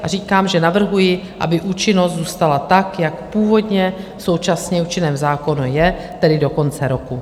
A říkám, že navrhuji, aby účinnost zůstala tak, jak původně v současně účinném zákonu je, tedy do konce roku.